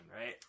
right